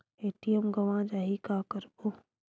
ATM गवां जाहि का करबो?